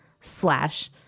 slash